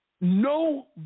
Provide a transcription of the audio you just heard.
No